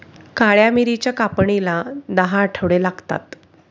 काळ्या मिरीच्या कापणीला दहा आठवडे लागतात